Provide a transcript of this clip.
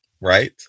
right